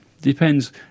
depends